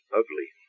ugly